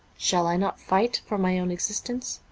shall i not fight for my own existence?